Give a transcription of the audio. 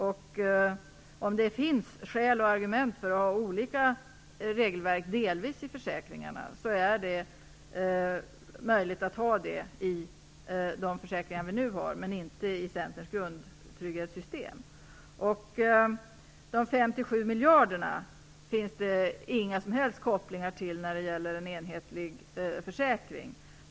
Om det finns skäl och argument att ha delvis olika regelverk i försäkringarna, är det möjligt att ha det i de försäkringar vi nu har men inte i Centerns grundtrygghetssystem. De 5-7 miljarderna finns det inga som helst kopplingar till när det gäller en enhetlig försäkring.